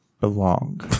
belong